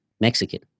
Mexican